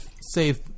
save